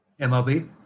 MLB